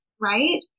Right